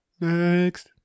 Next